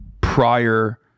prior